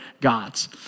gods